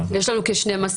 יש לנו כ-12,000.